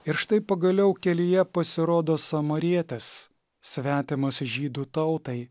ir štai pagaliau kelyje pasirodo samarietis svetimas žydų tautai